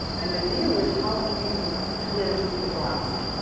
and the deal is how to we cleanse the ground.